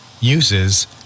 Uses